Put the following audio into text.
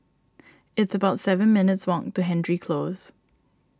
it's about seven minutes' walk to Hendry Close